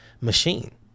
machine